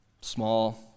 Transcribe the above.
small